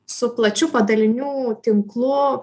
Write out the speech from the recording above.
su plačiu padalinių tinklu